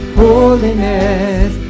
holiness